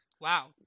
Wow